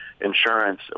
insurance